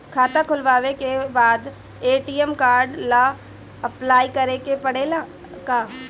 खाता खोलबाबे के बाद ए.टी.एम कार्ड ला अपलाई करे के पड़ेले का?